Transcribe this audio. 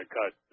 cut